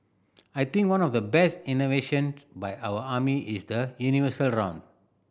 I think one of the best inventions by our army is the universal round